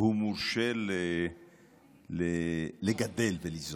מורשה לגדל ולזרוע.